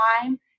time